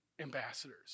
ambassadors